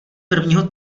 prvního